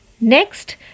Next